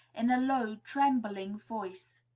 in a low, trembling voice.